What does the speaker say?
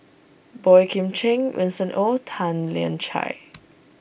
Boey Kim Cheng Winston Oh Tan Lian Chye